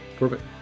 Perfect